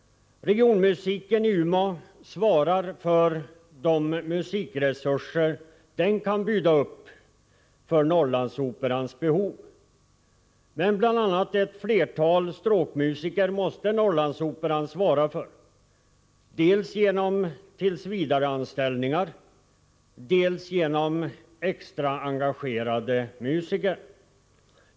Regionmusiken i Umeå svarar för de musikresurser som den kan uppbjuda med tanke på Norrlandsoperans behov. Men Norrlandsoperan måste bl.a. svara för ett flertal stråkmusiker — dels genom tillsvidareanställningar, dels genom extraengagerade musiker.